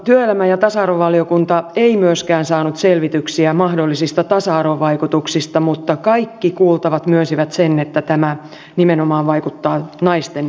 työelämä ja tasa arvovaliokunta ei myöskään saanut selvityksiä mahdollisista tasa arvovaikutuksista mutta kaikki kuultavat myönsivät sen että tämä nimenomaan vaikuttaa naisten työntekoon